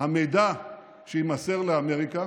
המידע שיימסר לאמריקה